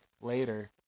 later